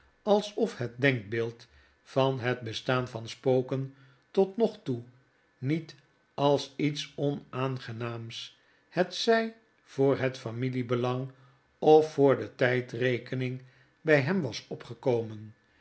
alsof het denkbeeld van het bestaan van spoken tot nog toe niet als iets onaangenaams hetzy voor het familiebelang of voor de tydrekening by hem was opgekomen